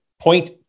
Point